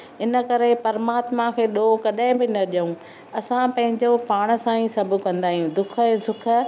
हिनु करे परमात्मा खे ॾोहु कॾहिं ॿि न डि॒यूं असां पंहिंजो पाण सां ई सभु कंदा आहियूं दुख ऐं सुख